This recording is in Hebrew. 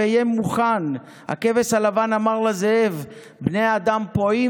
והיה מוכן / הכבש הלבן אמר לזאב: / בני אדם פועים